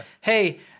hey